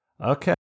Okay